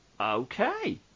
okay